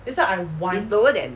it's lower than